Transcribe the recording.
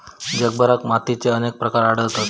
जगभरात मातीचे अनेक प्रकार आढळतत